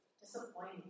disappointing